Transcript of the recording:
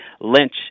lynch